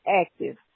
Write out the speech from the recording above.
active